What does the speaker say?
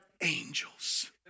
angels